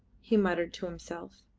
he muttered to himself.